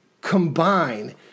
combine